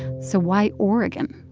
so why oregon?